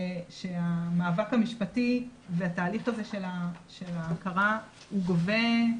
שהמאבק המשפטי והתהליך הזה של ההכרה הוא גובה,